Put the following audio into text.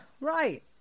right